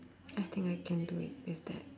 I think I can do with with that